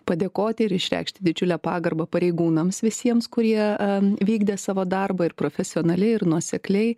padėkoti ir išreikšti didžiulę pagarbą pareigūnams visiems kurie vykdė savo darbą ir profesionaliai ir nuosekliai